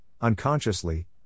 unconsciously